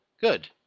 Good